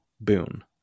boon